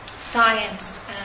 Science